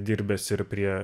dirbęs ir prie